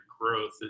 growth